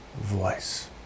voice